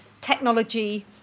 technology